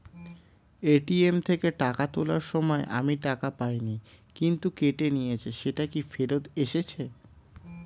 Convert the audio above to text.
ATM থেকে টাকা তোলার সময় আমি টাকা পাইনি কিন্তু কেটে নিয়েছে সেটা কি ফেরত এসেছে?